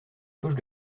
poche